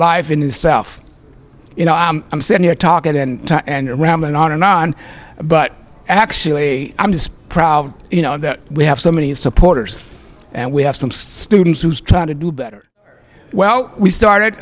life in the south you know i'm sitting here talking to rambling on and on but actually i'm just proud you know that we have so many supporters and we have some students who's trying to do better well we started